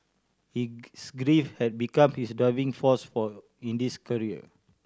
his grief had become his driving force for in his career